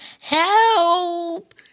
help